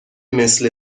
مثل